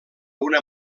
una